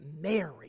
Mary